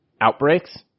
outbreaks